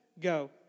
go